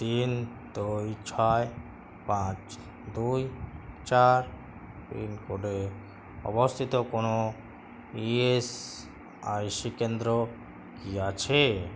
তিন দুই ছয় পাঁচ দুই চার পিনকোডে অবস্থিত কোনও ই এস আই সি কেন্দ্র কি আছে